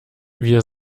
wir